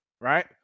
Right